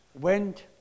went